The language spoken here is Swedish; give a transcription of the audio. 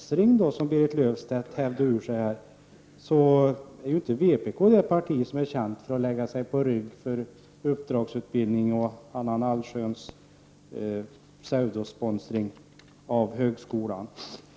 Beträffande det som Berit Löfstedt hävde ur sig om sponsring vill jag säga att vpk inte är det parti som är känt för att så att säga lägga sig på rygg för uppdragsutbildning och allsköns pseudosponsring av högskolan.